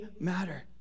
matter